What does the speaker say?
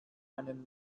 einen